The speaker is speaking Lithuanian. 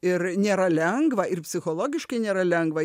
ir nėra lengva ir psichologiškai nėra lengva